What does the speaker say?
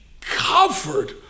covered